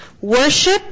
Worship